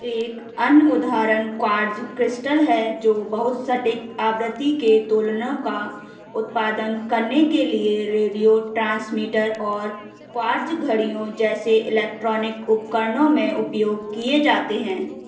एक अन्य उदाहरण क्वार्ट्ज क्रिस्टल है जो बहुत सटीक आवृत्ति के दोलनों का उत्पादन करने के लिए रेडियो ट्रांसमीटर और क्वार्ट्ज घड़ियों जैसे इलेक्ट्रॉनिक उपकरणों में उपयोग किए जाते हैं